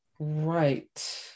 Right